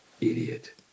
idiot